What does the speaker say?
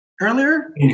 earlier